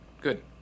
Good